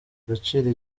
agaciro